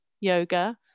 yoga